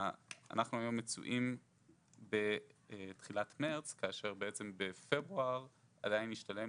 אנחנו היום מצויים בתחילת מרץ כאשר בעצם בפברואר עדיין השתלמו